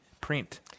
print